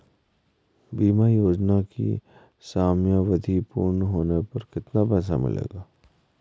बीमा योजना की समयावधि पूर्ण होने पर कितना पैसा मिलेगा?